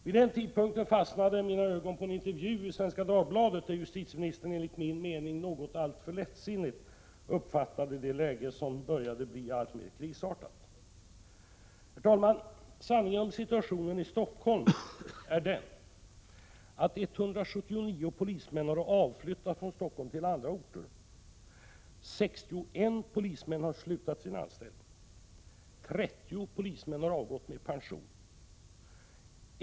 Vid den tidpunkten fastnade mina ögon på en intervju i Svenska Dagbladet, där justitieministern enligt min mening tog alltför lättsinnigt på läget, som börjar bli alltmer krisartat. Herr talman! Sanningen om situationen i Stockholm är följande. 179 polismän har avflyttat från Stockholm till andra orter. 61 polismän har slutat sin anställning. 30 polismän har avgått med pension.